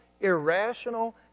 irrational